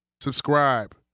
Subscribe